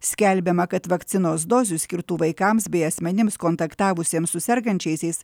skelbiama kad vakcinos dozių skirtų vaikams bei asmenims kontaktavusiems su sergančiaisiais